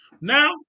Now